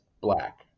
black